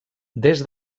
des